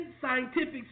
scientific